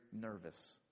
nervous